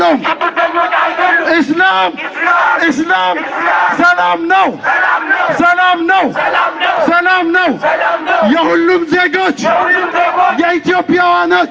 no no no no no no no no